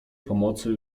pomocy